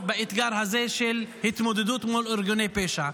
באתגר הזה של התמודדות מול ארגוני פשע.